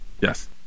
Yes